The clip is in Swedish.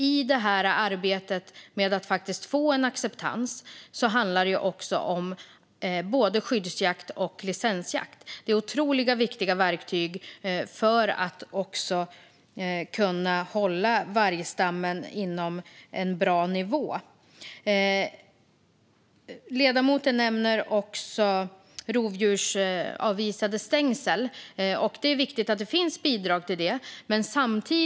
I arbetet med att faktiskt få en acceptans handlar det också om både skyddsjakt och licensjakt. Det är otroligt viktiga verktyg för att kunna hålla vargstammen på en bra nivå. Ledamoten nämner också rovdjursavvisande stängsel, och det är viktigt att det finns bidrag till det.